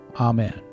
Amen